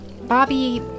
Bobby